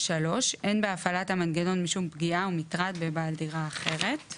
(3)אין בהפעלת המנגנון משום פגיעה או מטרד בבעל דירה אחרת;